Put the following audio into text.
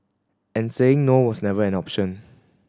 and saying no was never an option